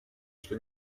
что